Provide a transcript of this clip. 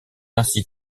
ainsi